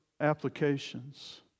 applications